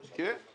כן.